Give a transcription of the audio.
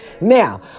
Now